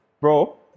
bro